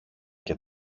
και